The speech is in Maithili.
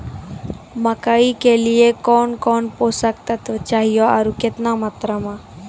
मकई के लिए कौन कौन पोसक तत्व चाहिए आरु केतना मात्रा मे?